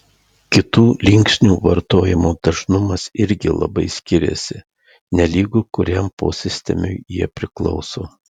kitų linksnių vartojimo dažnumas irgi labai skiriasi nelygu kuriam posistemiui jie priklauso